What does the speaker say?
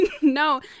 No